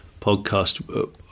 podcast